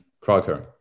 Crocker